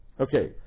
Okay